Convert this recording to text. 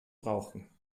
brauchen